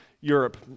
Europe